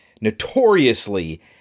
notoriously